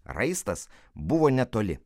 raistas buvo netoli